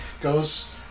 Goes